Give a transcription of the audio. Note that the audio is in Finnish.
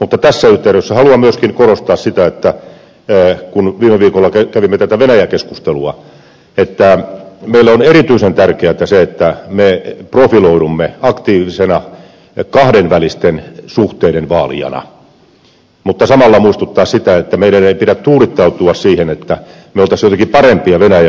mutta tässä yhteydessä haluan korostaa myöskin sitä että viime viikolla kävimme venäjä keskustelua meille on erityisen tärkeätä se että me profiloidumme aktiivisena kahdenvälisten suhteiden vaalijana mutta samalla haluan muistuttaa siitä että meidän ei pidä tuudittautua siihen että me olisimme jotenkin parempia venäjä osaajia kuin muut